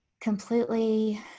completely